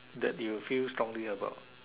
that you feel strongly about